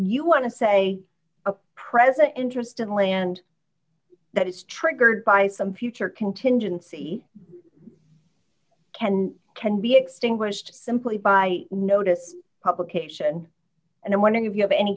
you want to say present interest in land that is triggered by some future contingency can can be extinguished simply by notice publication and i'm wondering if you have any